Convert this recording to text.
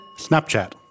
Snapchat